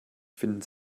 finden